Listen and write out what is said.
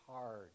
hard